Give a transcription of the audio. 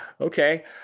Okay